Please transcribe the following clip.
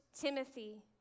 Timothy